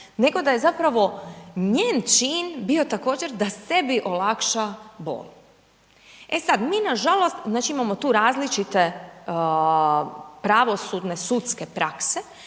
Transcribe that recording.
nego da je zapravo njen čin bio također da sebi olakša bol. E sad, mi nažalost, znači, imamo tu različite pravosudne sudske prakse